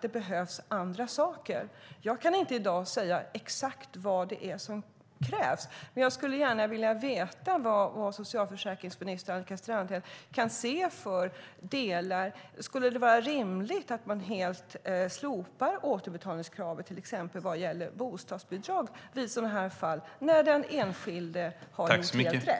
Det behövs andra åtgärder. Jag kan i dag inte exakt säga vad det är som krävs. Men jag skulle gärna vilja veta om socialförsäkringsminister Annika Strandhäll anser det vara rimligt att helt slopa återbetalningskravet när det till exempel gäller bostadsbidrag i de fall där den enskilde har gjort helt rätt.